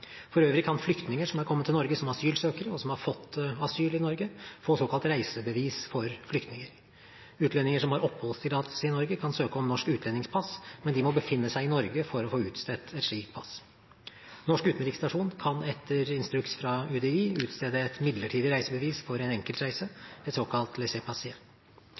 For øvrig kan flyktninger som har kommet til Norge som asylsøkere, og som har fått asyl i Norge, få såkalt reisebevis for flyktninger. Utlendinger som har oppholdstillatelse i Norge, kan søke om norsk utlendingspass, men de må befinne seg i Norge for å få utstedt et slikt pass. Norsk utenriksstasjon kan etter instruks fra UDI utstede et midlertidig reisebevis for en enkelt reise, et såkalt